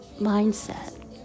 mindset